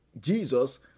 Jesus